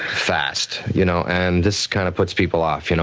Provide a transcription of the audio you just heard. fast. you know and this kinda puts people off, you know?